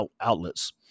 outlets